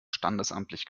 standesamtlich